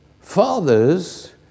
fathers